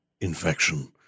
infection